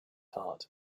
heart